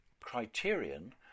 criterion